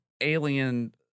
alien